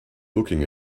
looking